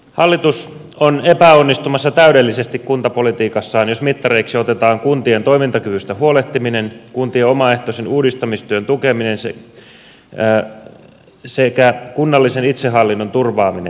hallitus on epäonnistumassa täydellisesti kuntapolitiikassaan jos mittareiksi otetaan kuntien toimintakyvystä huolehtiminen kuntien omaehtoisen uudistamistyön tukeminen sekä kunnallisen itsehallinnon turvaaminen